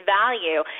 value